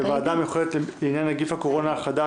בוועדה המיוחדת לעניין נגיף הקורונה החדש